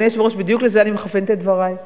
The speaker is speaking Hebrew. אדוני היושב-ראש, בדיוק לזה אני מכוונת את דברי.